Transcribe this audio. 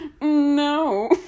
No